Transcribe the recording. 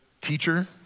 teacher